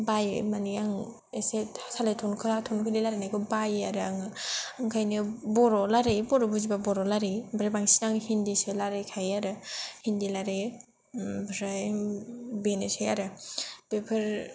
बायो माने आं एसे सालाय थनखोला थनखोलि रायलायनायखौ बायो आरो आङो ओंखायनो बर'आव रायलायो बर' बुजिबा बर'आव रायलायो ओमफ्राय बांसिन आङो हिन्दिसो रायलायखायो आरो हिन्दि लारायो ओमफ्राय बेनोसै आरो बेफोर